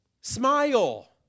Smile